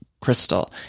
Crystal